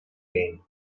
rain